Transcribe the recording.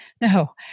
no